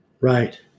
Right